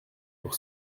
pour